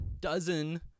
dozen